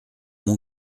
mon